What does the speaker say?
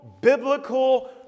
biblical